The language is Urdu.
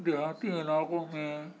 دیہاتی علاقوں میں